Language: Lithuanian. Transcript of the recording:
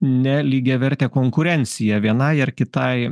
nelygiavertė konkurencija vienai ar kitai